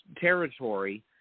territory